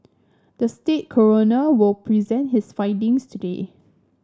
the state coroner will present his findings today